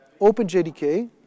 OpenJDK